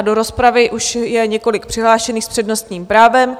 Do rozpravy už je několik přihlášených s přednostním právem.